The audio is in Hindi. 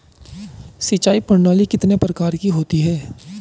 सिंचाई प्रणाली कितने प्रकार की होती हैं?